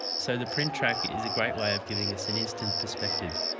so the print track is a great way of giving us an instant perspective.